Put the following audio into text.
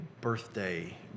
birthday